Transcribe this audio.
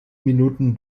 minuten